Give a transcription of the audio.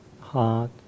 heart